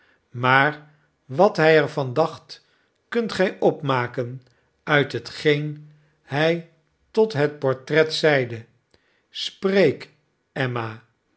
maar wat hy er van dacht kunt gy opmaken uit hetgeen hy tot het portret zeide spreek emma